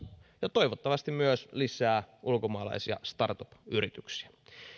ja toivottavasti myös lisää ulkomaalaisia startup yrityksiä